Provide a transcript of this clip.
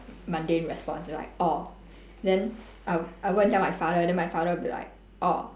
mundane response like orh then I will I will go and tell my father then my father will be like orh